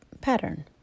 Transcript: pattern